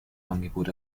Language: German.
angebot